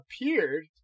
appeared